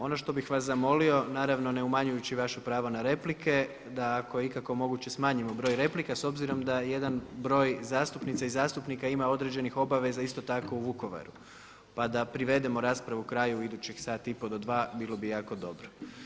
Ono što bih vas zamolio naravno ne umanjujući vaše pravo na replike da ako je ikako moguće smanjimo broj replika s obzirom da je jedan broj zastupnica i zastupnika ima određenih obaveza isto tako u Vukovaru, pa da vidimo raspravu kraju u idućih sat i pol do dva bilo bi jako dobro.